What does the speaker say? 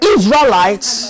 Israelites